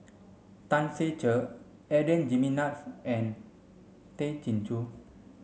Tan Ser Cher Adan Jimenez and Tay Chin Joo